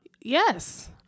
Yes